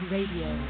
Radio